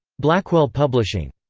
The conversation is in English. blackwell publishing.